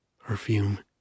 perfume